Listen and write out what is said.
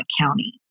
County